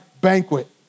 banquet